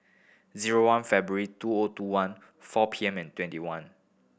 zero one February two O two one four P M and twenty one